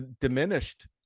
diminished